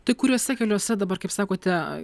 tai kuriuose keliuose dabar kaip sakote